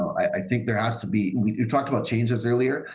i think there has to be. we talked about changes earlier.